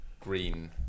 green